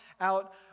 out